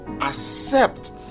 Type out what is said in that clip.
accept